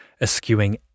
eschewing